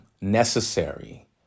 necessary